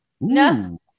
No